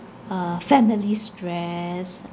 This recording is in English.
uh family stress